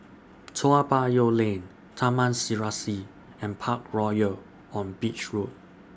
Toa Payoh Lane Taman Serasi and Parkroyal on Beach Road